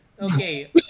okay